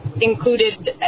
included